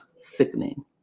sickening